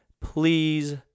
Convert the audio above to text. Please